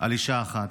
על אישה אחת,